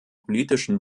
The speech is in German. politischen